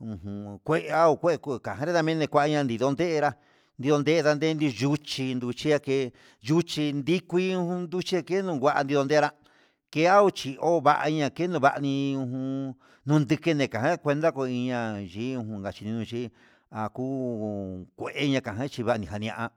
ujun kue iha ho kué kuka jaña nri ni kuaña ndidonde enrá donde niunera yuchí nruchia ke'e chuchi nriku kuche kendion ngua ndon ndera keaucho onva'aña kenovani ujun ndudiki ni kua kee cuenta ndakuiña yii, inja achinochí akuu kueña ngachinro ña'a.